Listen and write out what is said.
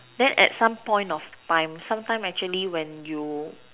then at some point of time some time actually when you